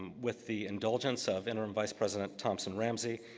with the indulgence of interim vice president thompson-ramsay,